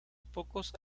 pocos